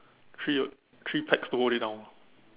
three three pegs to hold it down